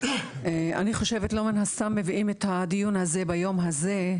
אני חושבת שלא מן הסתם מביאים את הדיון הזה ביום הזה,